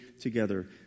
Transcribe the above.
together